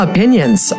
Opinions